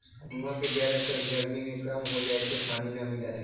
कुआँ के जलस्तर गरमी में कम हो जाए से पानी न मिलऽ हई